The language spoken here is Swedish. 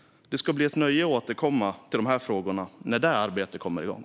Det ska bli ett nöje att återkomma till dessa frågor när det arbetet kommer igång.